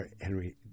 Henry